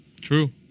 True